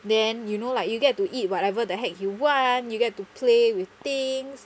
then you know like you get to eat whatever the heck you want you get to play with things